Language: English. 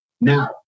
Now